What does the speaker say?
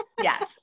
yes